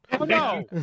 No